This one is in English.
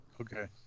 Okay